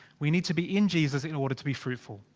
we need to be in jesus, in order to be fruitful.